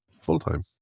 full-time